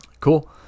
cool